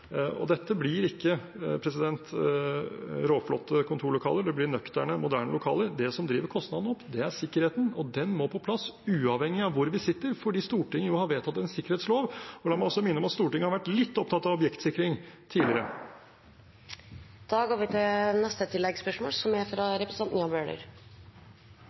Dette blir ikke råflotte kontorlokaler, det blir nøkterne, moderne lokaler. Det som driver kostnadene opp, er sikkerheten, og den må på plass, uavhengig av hvor vi sitter, fordi Stortinget jo har vedtatt en sikkerhetslov. Og la meg også minne om at Stortinget har vært litt opptatt av objektsikring tidligere. Jan Bøhler – til oppfølgingsspørsmål. Det er